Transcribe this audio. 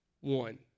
One